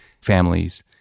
families